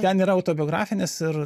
ten yra autobiografinis ir